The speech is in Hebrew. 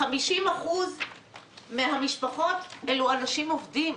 50% מן המשפחות אלו אנשים עובדים.